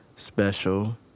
Special